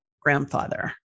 grandfather